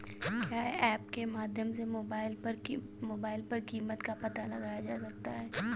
क्या ऐप के माध्यम से मोबाइल पर कीमत का पता लगाया जा सकता है?